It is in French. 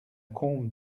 combe